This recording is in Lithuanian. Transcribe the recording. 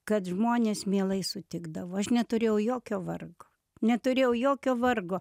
kad žmonės mielai sutikdavo aš neturėjau jokio vargo neturėjau jokio vargo